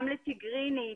גם לתיגרינית,